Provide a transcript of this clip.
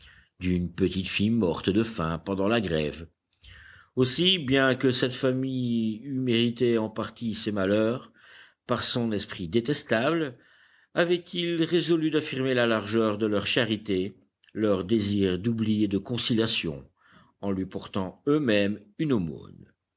d'une petite fille morte de faim pendant la grève aussi bien que cette famille eût mérité en partie ses malheurs par son esprit détestable avaient-ils résolu d'affirmer la largeur de leur charité leur désir d'oubli et de conciliation en lui portant eux-mêmes une aumône